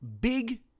big